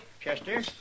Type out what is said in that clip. Chester